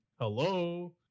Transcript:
Hello